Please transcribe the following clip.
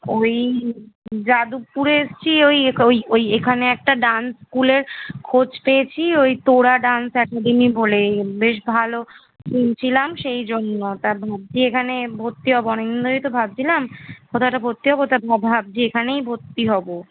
ওই যাদবপুরে এসছি ওই এখ ওই ওই এখানে একটা ডান্স স্কুলের খোঁজ পেয়েছি ওই তোড়া ডান্স অ্যাকাডেমি বলে বেশ ভালো শুনছিলাম সেই জন্য ওটা ভাবছি এখানে ভর্তি হবো অনেক দিন ধরেই তো ভাবছিলাম কোথাও একটা ভর্তি হবো তা ভাবছি এখানেই ভর্তি হবো